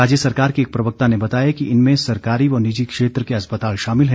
राज्य सरकार के एक प्रवक्ता ने बताया कि इनमें सरकारी व निजी क्षेत्र के अस्पताल शामिल है